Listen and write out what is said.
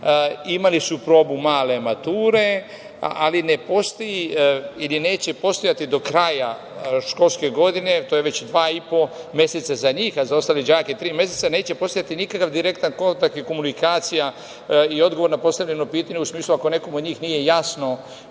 Imali su probu male mature. Ne postoji ili neće postojati do kraja školske godine, to je već dva i po meseca za njih, a za ostale đake tri meseca, neće postojati nikakav direktan kontakt i komunikacija i odgovor na postavljeno pitanje, u smislu ako nekome od njih nije jasno,